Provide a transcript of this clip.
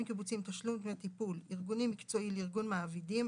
קיבוציים (תשלום דמי טיפול ארגוני-מקצועי לארגון מעבידים),